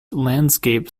landscape